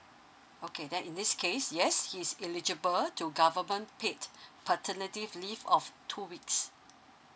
okay then in this case yes he's eligible to government paid paternity leave of two weeks